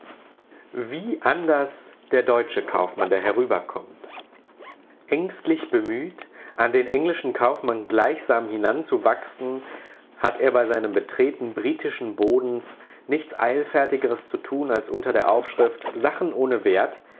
wie anders der deutsche kaufmann der herüberkommt ängstlich bemüht an den englischen kaufmann gleichsam hinan zu wachsen hat er bei seinem betreten britischen bodens nichts eilfertigeres zu tun als unter der aufschrift sachen ohne wert